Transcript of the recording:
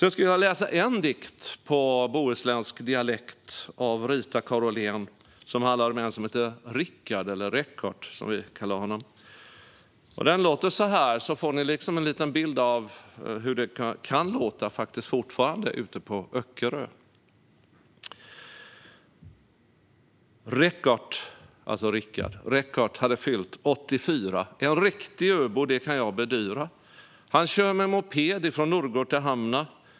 Jag ska läsa en dikt av Rita Karolén på bohuslänsk dialekt så att ni får en bild av hur det fortfarande kan låta ute på Öckerö. Den handlar om en som heter Rickard, eller Reckart, som vi kallar honom. Den låter så här: Reckart hade fyllt 84, en rekti öbo, det kan jag bedyra. Han kör med moped ifrån Norrgård te hamna.